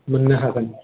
थाबैनो मोननो हागोन